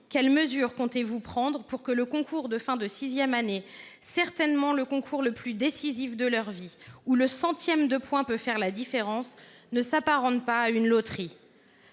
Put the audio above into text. quelles mesures comptez vous prendre pour que le concours de fin de sixième année, certainement le plus décisif de leur vie, où un centième de point peut faire la différence, ne s’apparente pas à une loterie ?